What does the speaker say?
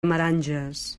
meranges